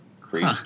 crazy